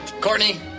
Courtney